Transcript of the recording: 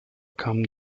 kamen